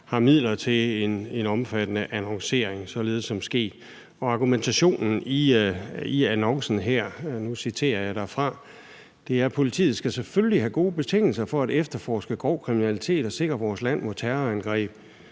har midler til en omfattende annoncering, således som sket. Argumentationen i annoncen her – og nu citerer jeg derfra – lyder: »Politiet skal selvfølgelig have gode betingelser for at efterforske grov kriminalitet og sikre vores land mod terrorangreb.